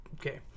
Okay